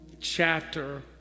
chapter